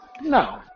No